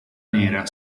nera